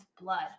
blood